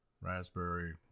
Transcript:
raspberry